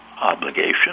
obligation